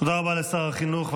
תודה רבה לשר החינוך.